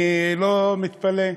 אני לא מתפלא,